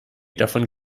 davon